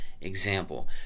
example